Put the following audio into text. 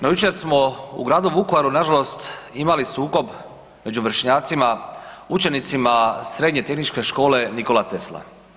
No jučer smo u gradu Vukovaru nažalost imali sukob među vršnjacima, učenicima Srednje tehničke škole Nikola Tesla.